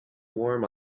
warm